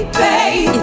babe